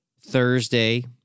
Thursday